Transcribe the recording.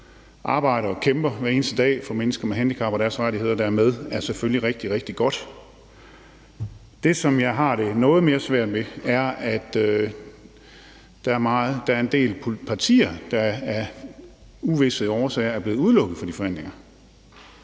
og hver dag kæmper og arbejder for mennesker med handicap og deres rettigheder, og som er med, jo bedre er det. Det er selvfølgelig rigtig, rigtig godt. Det, som jeg har det noget mere svært med, er, at der er en del partier, der af uvisse årsager er blevet udelukket fra de forhandlinger,